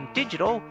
digital